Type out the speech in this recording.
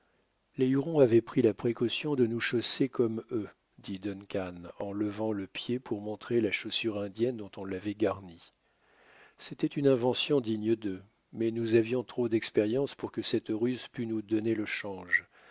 les hurons avaient pris la précaution de nous chausser comme eux dit duncan en levant le pied pour montrer la chaussure indienne dont on l'avait garnie c'était une invention digne d'eux mais nous avions trop d'expérience pour que cette ruse pût nous donner le change